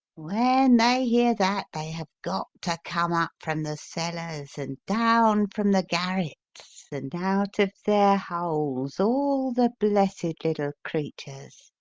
when they hear that, they have got to come up from the cellars, and down from the garrets, and out of their holes, all the blessed little creatures.